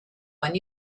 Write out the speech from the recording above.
when